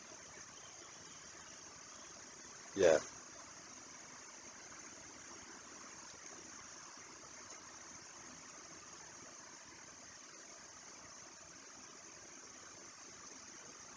ya